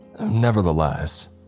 Nevertheless